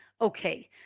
okay